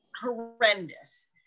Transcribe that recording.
horrendous